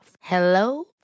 Hello